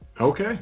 Okay